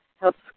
Helps